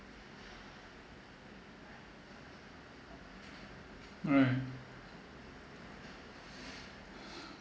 alright